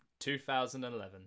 2011